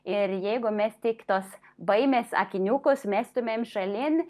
ir jeigu mes tik tos baimės akiniukus mestumėm šalin